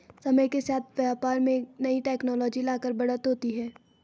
समय के साथ व्यापार में नई टेक्नोलॉजी लाकर बढ़त होती है